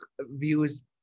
views